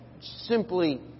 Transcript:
simply